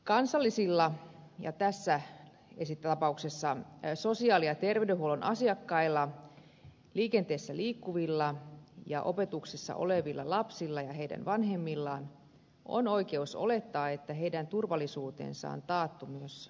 kansalaisilla ja tässä tapauksessa sosiaali ja terveydenhuollon asiakkailla liikenteessä liikkuvilla ja opetuksessa olevilla lapsilla ja heidän vanhemmillaan on oikeus olettaa että heidän turvallisuutensa on taattu myös opetustilanteissa